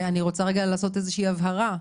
אני רוצה לעשות איזושהי הבהרה,